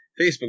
Facebook